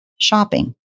shopping